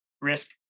risk